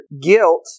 guilt